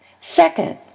Second